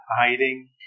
hiding